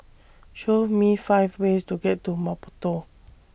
Show Me five ways to get to Maputo